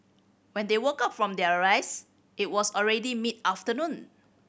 when they woke up from their rest it was already mid afternoon